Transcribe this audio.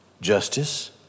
justice